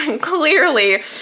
clearly